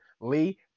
Lee